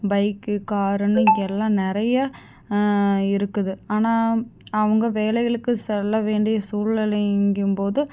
bike காருன்னு எல்லாம் நிறைய இருக்குது ஆனால் அவங்க வேலைகளுக்கு செல்ல வேண்டிய சூழ்நிலைங்கும் போது